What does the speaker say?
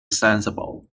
sensible